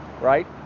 right